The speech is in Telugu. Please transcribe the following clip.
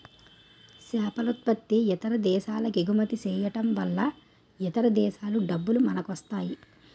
సేపలుత్పత్తి ఇతర దేశాలకెగుమతి చేయడంవలన ఇతర దేశాల డబ్బులు మనకొస్తాయి